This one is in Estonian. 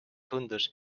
tundus